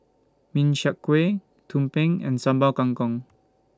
Min Chiang Kueh Tumpeng and Sambal Kangkong